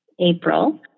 April